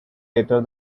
later